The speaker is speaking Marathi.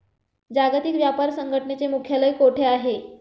जागतिक व्यापार संघटनेचे मुख्यालय कुठे आहे?